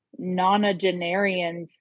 nonagenarians